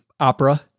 opera